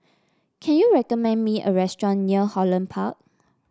can you recommend me a restaurant near Holland Park